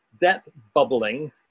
debt-bubbling